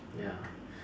ya